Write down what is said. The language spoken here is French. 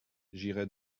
j’irai